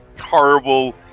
horrible